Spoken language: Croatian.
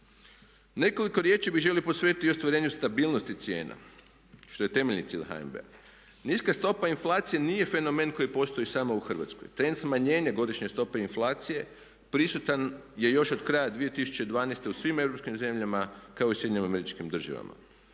Nekoliko riječi bih želio posvetiti i ostvarenju stabilnosti cijena što je temeljni cilj HNB-a. Niska stopa inflacije nije fenomen koji postoji samo u Hrvatskoj. Trend smanjenja godišnje stope inflacije prisutan je još od kraja 2012. u svim europskim zemljama kao i SAD-u. To možete